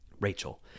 Rachel